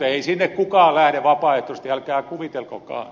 ei sinne kukaan lähde vapaaehtoisesti älkää kuvitelkokaan